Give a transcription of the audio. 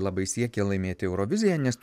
labai siekė laimėti euroviziją nes